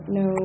no